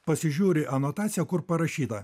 pasižiūri anotaciją kur parašyta